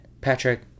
Patrick